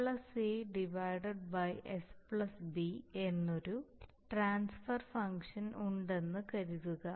s a s b എന്നൊരു transfer ഫംഗ്ഷന് ഉണ്ടെന്ന് കരുതുക